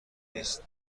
نیست